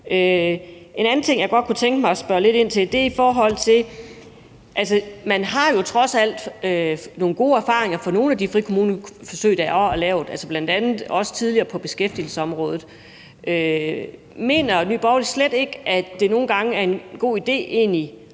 En anden ting, jeg godt kunne tænke mig at spørge lidt ind til, er det, at man jo trods alt har nogle gode erfaringer fra nogle af de frikommuneforsøg, der er lavet bl.a. også tidligere på beskæftigelsesområdet. Mener Nye Borgerlige slet ikke, at det nogle gange er en god idé at